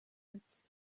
arts